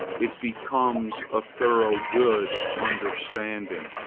it becomes a thorough good understanding.